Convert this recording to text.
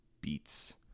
beats